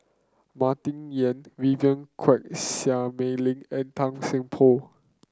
Martin Yan Vivien Quahe Seah Mei Lin and Tan Seng Poh